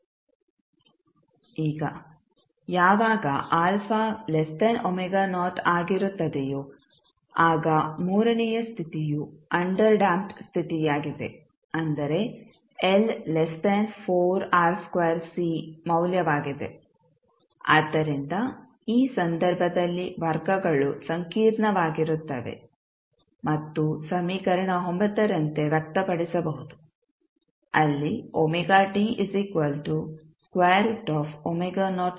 ಈಗ ಯಾವಾಗ ಆಗಿರುತ್ತದೆಯೋ ಆಗ ಮೂರನೆಯ ಸ್ಥಿತಿಯು ಅಂಡರ್ ಡ್ಯಾಂಪ್ಡ್ ಸ್ಥಿತಿಯಾಗಿದೆ ಅಂದರೆ ಮೌಲ್ಯವಾಗಿದೆ ಆದ್ದರಿಂದ ಈ ಸಂದರ್ಭದಲ್ಲಿ ವರ್ಗಗಳು ಸಂಕೀರ್ಣವಾಗಿರುತ್ತವೆ ಮತ್ತು ಸಮೀಕರಣ ರಂತೆ ವ್ಯಕ್ತಪಡಿಸಬಹುದು ಅಲ್ಲಿ ಆಗಿದೆ